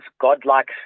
godlike